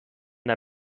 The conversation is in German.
der